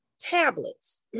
tablets